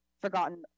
forgotten